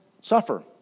suffer